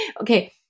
Okay